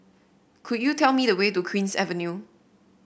could you tell me the way to Queen's Avenue